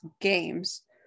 games